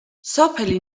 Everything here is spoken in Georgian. სოფელი